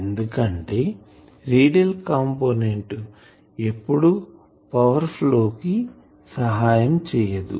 ఎందుకంటే radial component ఎప్పుడు power flow కి సహాయం చేయదు